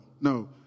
no